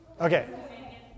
Okay